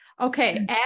Okay